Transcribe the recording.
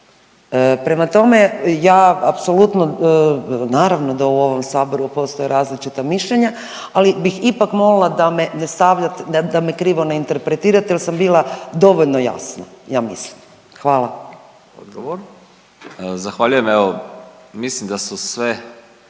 Prema tome, ja apsolutno naravno da u ovom saboru postoje različita mišljenja, ali bih ipak molila da me krivo ne interpretirate jel sam bila dovoljno jasna, ja mislim. Hvala. **Radin, Furio (Nezavisni)** Odgovor.